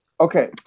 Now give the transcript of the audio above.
Okay